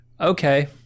Okay